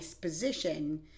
position